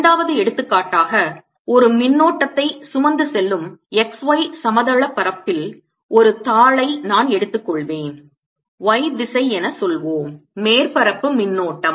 இரண்டாவது எடுத்துக்காட்டாக ஒரு மின்னோட்டத்தை சுமந்து செல்லும் xy சமதள பரப்பில் ஒரு தாளை நான் எடுத்துக்கொள்வேன் y திசை என சொல்வோம் மேற்பரப்பு மின்னோட்டம்